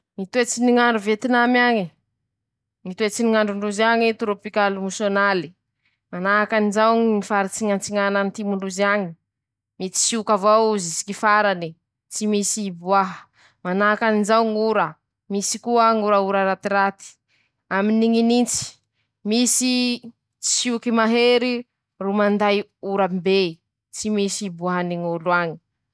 Ñy toetsy ny ñ'andro a Tailandy ao: Misy ñy toetsy ny ñ'andro torôpikaly, mafana ñ'andro, tsy misy ñy tsiotsioke, tsy misy ñy nintsinintsy, manahakany ñ'izay ñy fizaràny ñy vanimpotoa ndrozy ao, misy ñy fotoa mafana ro maiky ñy tane, misy koa ñy fotoany ñ'ora, misy ñy fotoany ñy nintse ro malemilemy avao ñy toe.